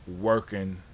working